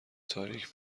تاریک